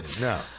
No